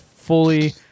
fully